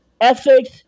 ethics